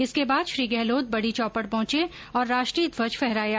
इसके बाद श्री गहलोत बड़ी चौपड़ पहुंचे और राष्ट्रीय ध्वज फहराया